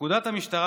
פקודת המשטרה,